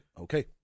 Okay